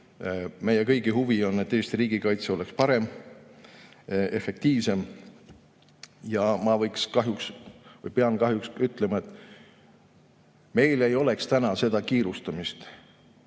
Meie kõigi huvi on, et Eesti riigikaitse oleks parem, efektiivsem. Kahjuks ma pean ütlema, et meil ei oleks täna seda kiirustamist,